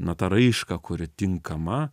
na tą raišką kuri tinkama